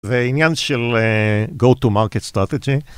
והעניין של Go-To-Market Strategy